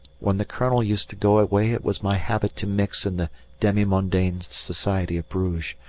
when the colonel used to go away it was my habit to mix in the demi-mondaine society of bruges,